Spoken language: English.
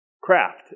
craft